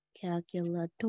calculator